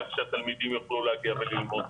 כך שהתלמידים יוכלו להגיע וללמוד.